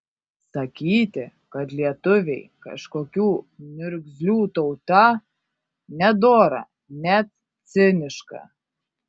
sakyti kad lietuviai kažkokių niurgzlių tauta nedora net ciniška